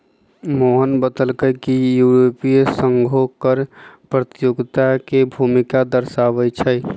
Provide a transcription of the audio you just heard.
मोहन बतलकई कि यूरोपीय संघो कर प्रतियोगिता के भूमिका दर्शावाई छई